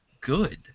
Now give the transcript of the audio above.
good